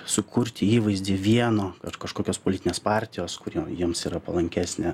sukurti įvaizdį vieno ar kažkokios politinės partijos kuri jiems yra palankesnė